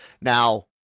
Now